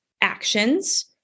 actions